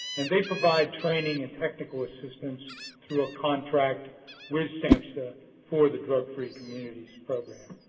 and they provide training and technical assistance through a contract with samhsa for the drug free communities program.